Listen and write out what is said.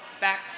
back